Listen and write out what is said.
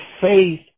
faith